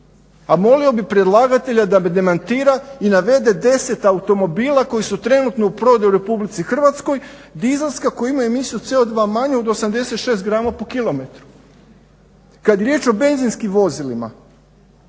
a molio bih predlagatelja da me demantira i navede 10 automobila koji su trenutno u prodaji u Republici Hrvatskoj dizelska koja imaju emisiju CO2 manju od 86 grama po kilometru. Kad je riječ o benzinskim vozilima